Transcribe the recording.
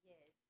Yes